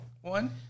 one